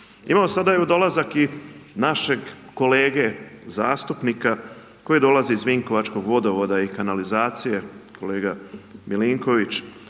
Imamo sada, evo dolazak i našeg kolege zastupnika koji dolazi iz vinkovačkog vodovoda i kanalizacije, kolega Milinković,